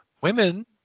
Women